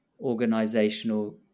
organizational